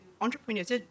entrepreneurs